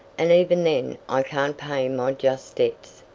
and even then i can't pay my just debts.